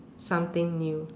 something new